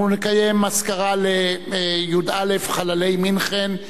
אנחנו נקיים אזכרה לי"א חללי מינכן,